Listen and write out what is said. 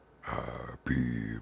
Happy